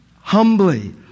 humbly